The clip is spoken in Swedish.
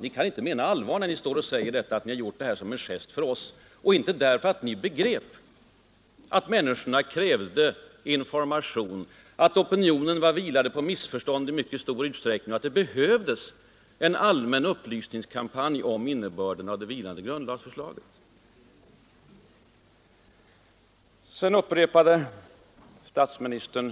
Ni kan inte mena allvar när Ni står och säger att Ni gjort ”gesten” mot oss och inte därför att Ni begrep att människorna krävde information, att opinionen i mycket stor utsträckning vilade på missförstånd och att det behövdes en allmän upplysningskampanj om innebörden av det vilande grundlagsförslaget. Herr statsministern